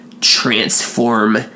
transform